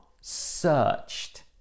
searched